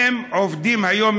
הם עובדים היום,